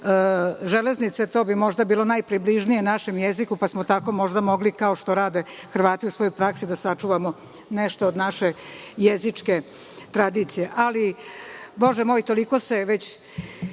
železnice, to bi možda bilo najpribližnije našem jeziku pa smo tako možda mogli kao što rade Hrvati u svojoj praksi, da sačuvamo nešto od naše jezičke tradicije, ali, Bože moj, toliko se već